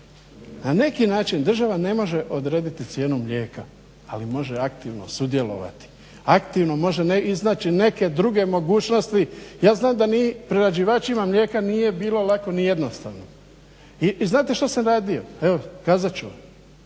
Na neki način država ne može odrediti cijenu mlijeka, ali može aktivno sudjelovati. Aktivno može ne iznaći neke druge mogućnosti. Ja znam da ni prerađivačima mlijeka nije bilo lako ni jednostavno. I znate što sam radio. Evo kazat ću vam.